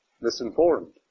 misinformed